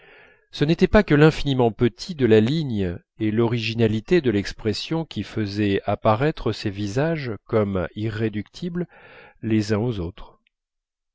ce n'était pas que l'infiniment petit de la ligne et l'originalité de l'expression qui faisaient apparaître ces visages comme irréductibles les uns aux autres